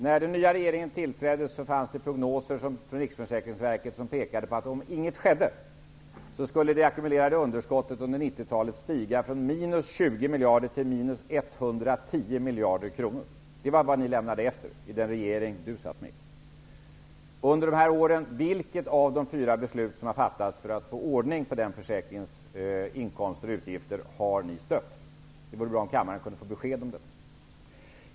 När den nya regeringen tillträde fanns det prognoser från Riksförsäkringsverket som pekade på att om inget skedde skulle det ackumulerade underskottet under 90-talet stiga från minus 20 Det var vad den regering Birgitta Dahl satt med i lämnade efter sig. Under dessa år har fyra beslut fattats för att få ordning på den försäkringens inkomster och utgifter. Vilka av dessa fyra beslut har ni stött? Det vore bra om kammaren kunde få besked om detta.